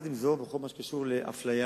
עם זאת, בכל מה שקשור לאפליה,